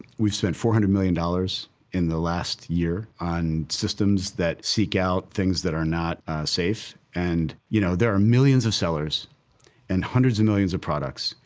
we've spent four hundred million dollars in the last year on systems that seek out things that are not safe, and, you know, there are millions of sellers and hundreds of millions of products,